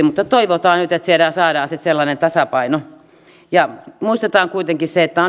mutta toivotaan nyt että siellä saadaan sitten sellainen tasapaino ja muistetaan kuitenkin se että